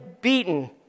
beaten